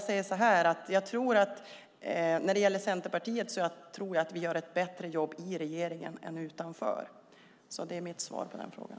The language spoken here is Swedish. Vad gäller Centerpartiet tror jag att vi gör ett bättre jobb i regeringen än utanför. Det är mitt svar på den frågan.